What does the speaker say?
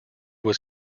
was